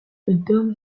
dom